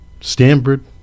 Stanford